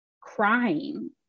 crying